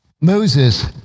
Moses